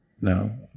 No